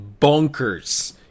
bonkers